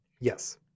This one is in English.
Yes